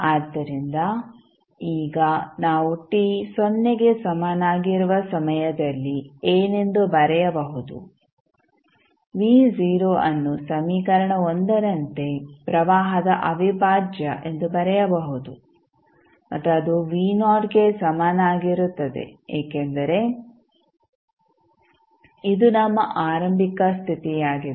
ಆದ್ದರಿಂದ ಈಗ ನಾವು t ಸೊನ್ನೆಗೆ ಸಮನಾಗಿರುವ ಸಮಯದಲ್ಲಿ ಏನೆಂದು ಬರೆಯಬಹುದು v ಅನ್ನು ಸಮೀಕರಣ ರಂತೆ ಪ್ರವಾಹದ ಅವಿಭಾಜ್ಯ ಎಂದು ಬರೆಯಬಹುದು ಮತ್ತು ಅದು ಗೆ ಸಮನಾಗಿರುತ್ತದೆ ಏಕೆಂದರೆ ಇದು ನಮ್ಮ ಆರಂಭಿಕ ಸ್ಥಿತಿಯಾಗಿದೆ